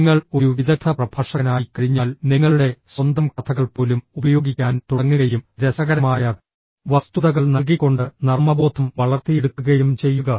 നിങ്ങൾ ഒരു വിദഗ്ധ പ്രഭാഷകനായിക്കഴിഞ്ഞാൽ നിങ്ങളുടെ സ്വന്തം കഥകൾ പോലും ഉപയോഗിക്കാൻ തുടങ്ങുകയും രസകരമായ വസ്തുതകൾ നൽകിക്കൊണ്ട് നർമ്മബോധം വളർത്തിയെടുക്കുകയും ചെയ്യുക